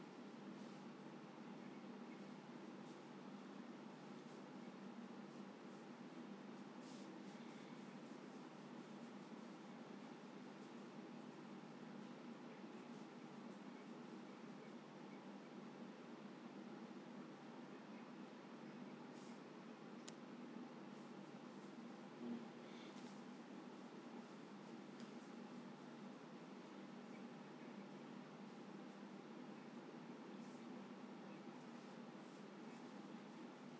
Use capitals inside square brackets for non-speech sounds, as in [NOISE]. [NOISE]